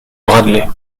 bradley